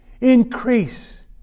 Increase